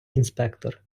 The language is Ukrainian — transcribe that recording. інспектор